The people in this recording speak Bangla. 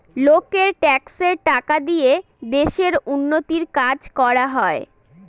লোকের ট্যাক্সের টাকা দিয়ে দেশের উন্নতির কাজ করা হয়